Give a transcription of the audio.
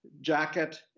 jacket